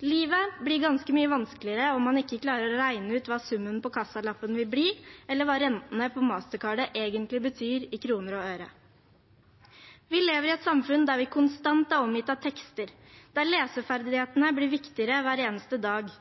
Livet blir ganske mye vanskeligere om man ikke klarer å regne ut hva summen på kassalappen vil bli, eller hva rentene på Mastercard-et egentlig betyr i kroner og øre. Vi lever i et samfunn der vi konstant er omgitt av tekster, der